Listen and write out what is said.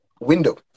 window